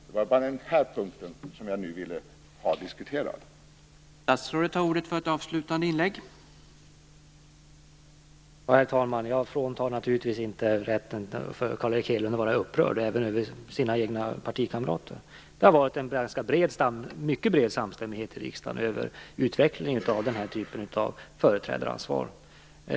Det var bara den här punkten som jag nu ville ha en diskussion om.